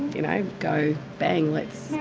you know, go bang lets,